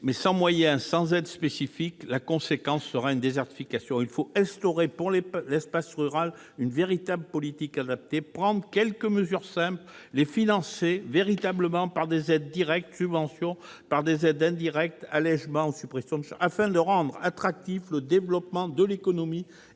Sans moyens ni aides spécifiques, il en résultera une désertification. Il faut instaurer pour l'espace rural une véritable politique adaptée, prendre quelques mesures simples et les financer véritablement par des aides directes, telles que des subventions, et des aides indirectes, comme les allégements ou suppressions de charges, afin de rendre attractif le développement de l'économie